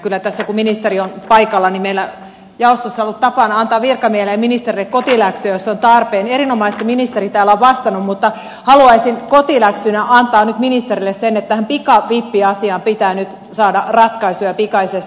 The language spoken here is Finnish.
kyllä tässä kun ministeri on paikalla meillä jaostossa on ollut tapana antaa virkamiehille ja ministerille kotiläksyä jos on tarpeen niin erinomaisesti ministeri täällä on vastannut mutta haluaisin kotiläksynä antaa nyt ministerille sen että tähän pikavippiasiaan pitää nyt saada ratkaisuja pikaisesti